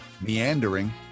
Meandering